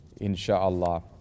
insha'Allah